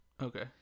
Okay